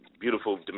beautiful